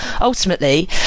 ultimately